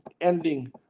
ending